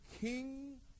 King